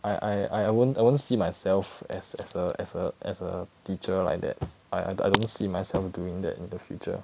I I I won't I won't see myself as as a as a as a teacher like that I I don't see myself doing that in the future